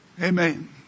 Amen